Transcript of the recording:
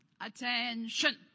attention